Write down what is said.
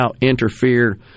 interfere